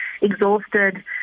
exhausted